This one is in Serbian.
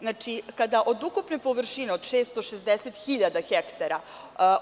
Znači, kada od ukupne površine, od 660.000 hektara,